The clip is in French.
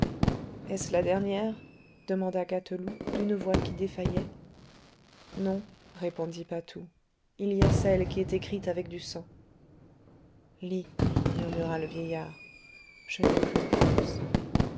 est-ce la dernière demanda gâteloup d'une voix qui défaillait non répondit patou il y a celle qui est écrite avec du sang lis murmura le vieillard je n'ai plus de force